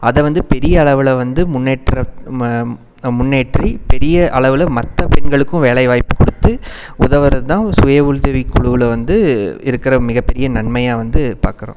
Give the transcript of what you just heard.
அதை வந்து பெரிய அளவில் வந்து முன்னேற்றம் முன்னேற்றி பெரிய அளவில் மற்ற பெண்களுக்கும் வேலைவாய்ய்பு கொடுத்து உதவுறதுதான் சுய உதவிக்குழுவில் வந்து இருக்கிற மிக பெரிய நன்மையாக வந்து பார்க்குறோம்